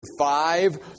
five